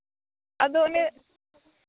ᱟᱫᱚ ᱚᱱᱮ